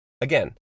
Again